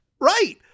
right